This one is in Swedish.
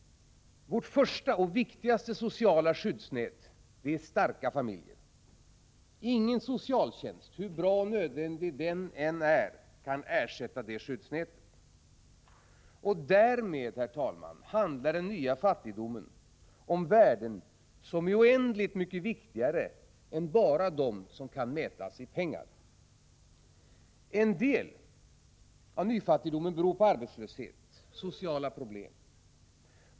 Vårt första och viktigaste sociala skyddsnät är starka familjer. Ingen socialtjänst — hur bra och nödvändig den än är — kan ersätta detta. Därmed, herr talman, handlar den nya fattigdomen också om värden som är oändligt mycket viktigare än de som kan mätas i pengar. En del av nyfattigdomen beror på arbetslöshet och sociala problem.